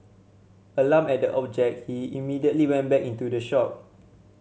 alarmed at the object he immediately went back into the shop